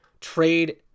trade